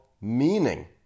meaning